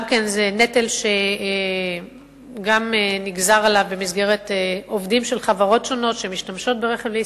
זה גם כן נטל שנגזר במסגרת עובדים של חברות שונות שמשתמשות ברכב ליסינג.